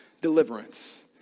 deliverance